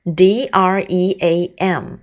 dream